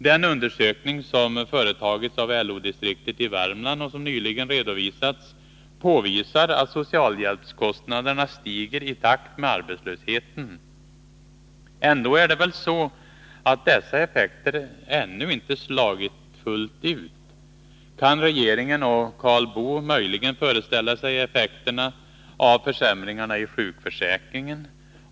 Den undersökning som företagits av LO-distriktet i Värmland och som nyligen redovisats påvisar att socialhjälpskostnaderna stiger i takt med arbetslösheten. Ändå är det väl så att dessa effekter ännu inte har slagit fullt ut. Kan regeringen och Karl Boo möjligen föreställa sig effekterna av försämringarna i sjukförsäkringen?